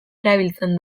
erabiltzen